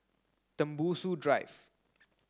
Tembusu Drive